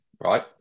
Right